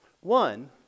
One